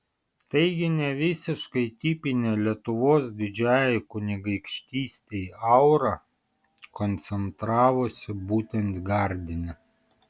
taigi ne visiškai tipinė lietuvos didžiajai kunigaikštystei aura koncentravosi būtent gardine